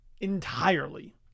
entirely